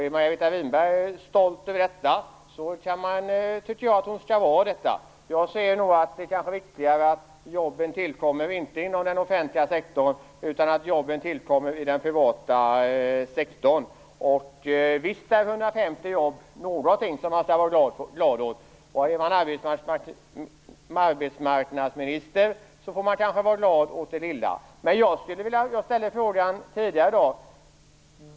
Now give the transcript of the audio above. Om Margareta Winberg är stolt över det tycker jag att hon skall vara det. Jag tycker nog att det är viktigare att jobben tillkommer i den privata sektorn än i den offentliga. Men visst är 150 jobb någonting man skall vara glad åt. Är man arbetsmarknadsminister får man kanske vara glad åt det lilla. Jag ställde en fråga tidigare i dag.